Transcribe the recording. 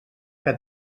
que